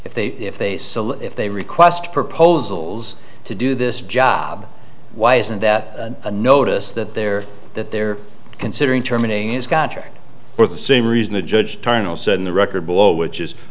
if they if they still if they request proposals to do this job why isn't that a notice that there that they're considering terminating is contract for the same reason the judge terminal said in the record below which is